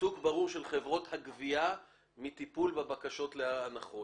של חברות הגבייה מטיפול בבקשות להנחות.